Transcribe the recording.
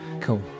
Cool